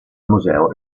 museo